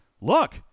look